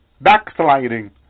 backsliding